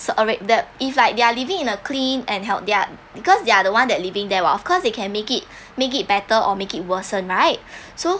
that if like they're living in a clean and heal~ they're because they're the one that living there [what] of course they can make it make it better or make it worsen right so